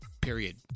period